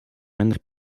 minder